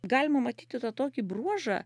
galima matyti tą tokį bruožą